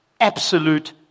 Absolute